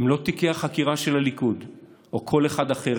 הם לא תיקי החקירה של הליכוד או כל אחד אחר.